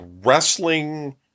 wrestling